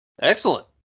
Excellent